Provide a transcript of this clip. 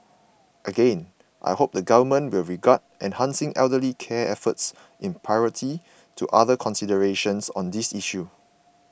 again I hope the Government will regard enhancing elderly care efforts in priority to other considerations on this issue